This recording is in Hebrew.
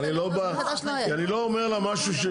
אני לא בא, אני לא אומר לה משהו.